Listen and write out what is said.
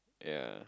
ya